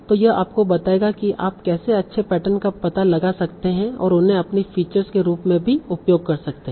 तो यह आपको बताएगा कि आप कैसे अच्छे पैटर्न का पता लगा सकते हैं और उन्हें अपनी फीचर्स के रूप में भी उपयोग कर सकते हैं